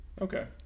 okay